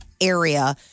area